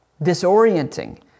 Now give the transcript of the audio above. disorienting